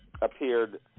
appeared